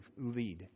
lead